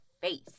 face